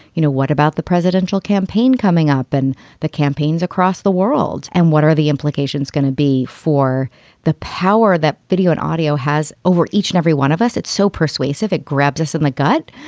you know, what about the presidential campaign coming up and the campaigns across the world? and what are the implications gonna be for the power that video and audio has over each and every one of us? it's so persuasive. it grabs us in the gut.